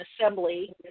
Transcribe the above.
assembly